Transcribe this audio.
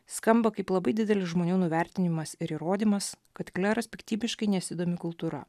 skamba kaip labai didelis žmonių nuvertinimas ir įrodymas kad kleras piktybiškai nesidomi kultūra